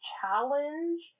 challenge